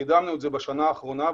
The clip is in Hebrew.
וקידמנו את זה בשנה האחרונה.